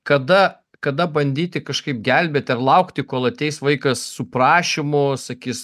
kada kada bandyti kažkaip gelbėti ir laukti kol ateis vaikas su prašymu sakys